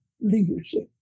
leadership